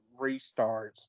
restarts